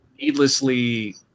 needlessly